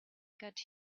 got